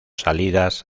salidas